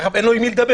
אין לו עם מי לדבר.